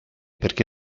perché